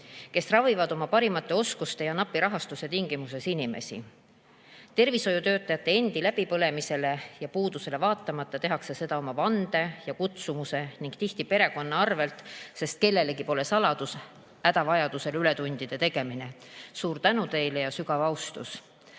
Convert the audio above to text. kes ravivad oma parimate oskuste ja napi rahastuse tingimustes inimesi. Tervishoiutöötajate endi läbipõlemisele ja puudusele vaatamata tehakse seda oma vande ja kutsumuse kohaselt ning tihti perekonna arvelt, sest kellelegi pole hädavajadusel ületundide tegemine saladus. Suur tänu teile ja sügav austus!